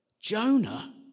Jonah